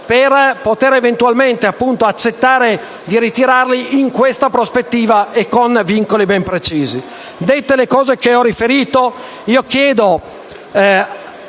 per poter eventualmente accettare di ritirarli in questa prospettiva e con vincoli ben precisi.